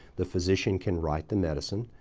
the physician can write the medicine.